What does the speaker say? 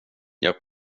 jag